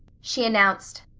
she announced.